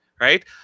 Right